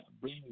bring